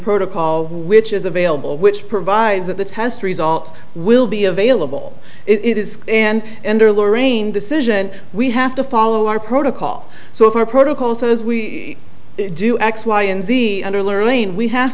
protocol which is available which provides that the test results will be available it is and under lorraine decision we have to follow our protocol so our protocol says we do x y and z underlaying we have